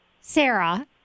Sarah